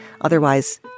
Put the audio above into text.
Otherwise